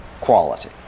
quality